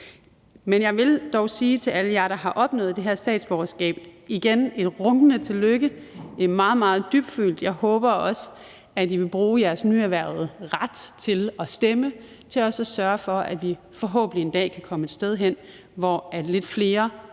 Men jeg vil dog igen sige alle jer, der har opnået det her statsborgerskab, et rungende tillykke. Det er meget, meget dybfølt, og jeg håber også, at I vil bruge jeres nyerhvervede ret til at stemme til også at sørge for, at vi forhåbentlig en dag kan komme et sted hen, hvor lidt flere